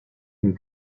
une